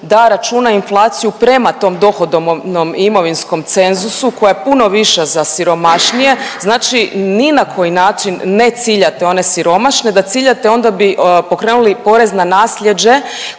da računa inflaciju prema tom dohodovnom i imovinskom cenzusu koja je puno viša za siromašnije? Znači ni na koji način ne ciljate one siromašne, da ciljate onda bi pokrenuli poreze na nasljeđe